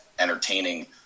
entertaining